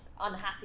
unhappy